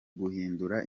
guhindura